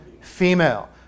female